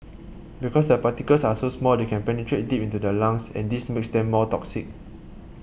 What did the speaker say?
because the particles are so small they can penetrate deep into the lungs and this makes them more toxic